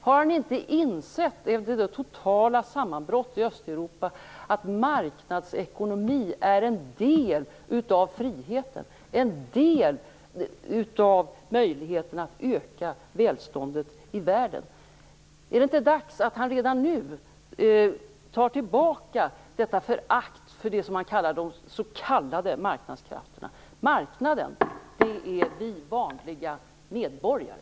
Har han inte insett, efter det totala sammanbrottet i Östeuropa, att marknadsekonomi är en del av friheten, en del av möjligheten att öka välståndet i världen? Är det inte dags att han redan nu tar tillbaka detta förakt för det kan kallar de "s.k." marknadskrafterna? Marknaden, det är vi vanliga medborgare!